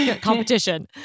competition